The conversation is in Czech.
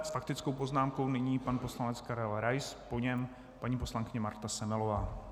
S faktickou poznámkou nyní pan poslanec Karel Rais a po něm paní poslankyně Marta Semelová.